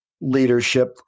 leadership